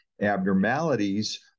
abnormalities